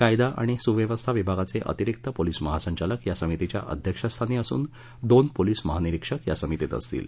कायदा आणि सुव्यवस्था विभागाचे अतिरीक्त पोलिस महासंचालक या समितीच्या अध्यक्षस्थानी असून दोन पोलिस महानिरीक्षक या समितीत असतील